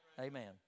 Amen